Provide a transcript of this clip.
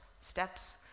steps